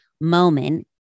moment